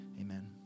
Amen